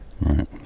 Right